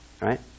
Right